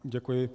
Děkuji.